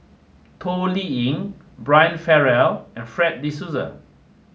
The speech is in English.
Toh Liying Brian Farrell and Fred De Souza